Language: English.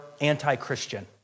anti-Christian